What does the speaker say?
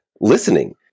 listening